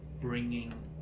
Bringing